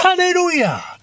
Hallelujah